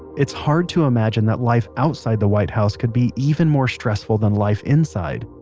it's hard to imagine that life outside the white house could be even more stressful than life inside.